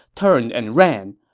turned and ran.